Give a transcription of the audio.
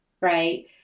Right